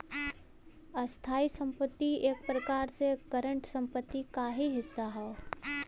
स्थायी संपत्ति एक प्रकार से करंट संपत्ति क ही हिस्सा हौ